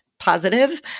positive